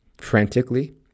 Frantically